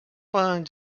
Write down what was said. poden